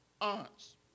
aunts